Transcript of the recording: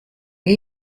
gie